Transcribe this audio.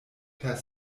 per